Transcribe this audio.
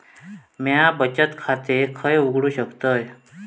म्या बचत खाते खय उघडू शकतय?